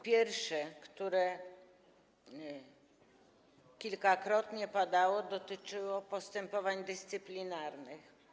Pierwsze, które kilkakrotnie padało, dotyczyło postępowań dyscyplinarnych.